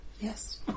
Yes